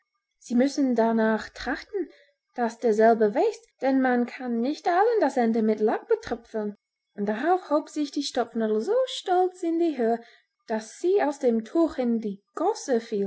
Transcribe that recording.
sie müssen darnach trachten daß derselbe wächst denn man kann nicht allen das ende mit lack betröpfeln und darauf hob sich die stopfnadel so stolz in die höhe daß sie aus dem tuch in die gosse